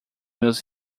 meus